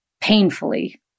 painfully